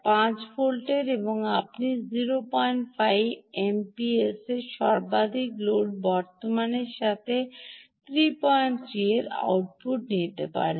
5 ভোল্টের এবং আপনি 05 এমপিএসের সর্বোচ্চ লোড বর্তমানের সাথে 33 এর আউটপুট নিতে পারেন